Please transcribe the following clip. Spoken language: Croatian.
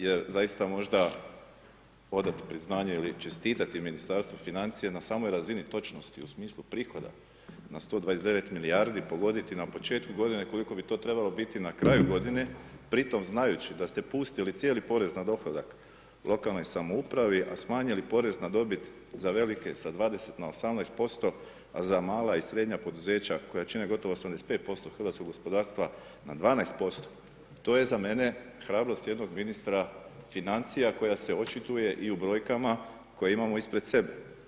Jer zaista možda odati priznanje ili čestitati Ministarstvu financija na samoj razini točnosti u smislu prihoda na 129 milijardi pogoditi na početku godine koliko bi to trebalo biti na kraju godine, pritom znajući da ste pustili cijeli porez na dohodak lokalnoj samoupravi, a smanjili porez na dobiti za velike sa 20 na 18%, a za mala i srednja poduzeća koja čine gotovo 85% hrvatskog gospodarstva na 12% to je za mene hrabrost jednog ministra financija koja se očituje i u brojkama koje imamo ispred sebe.